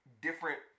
different